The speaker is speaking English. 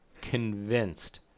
convinced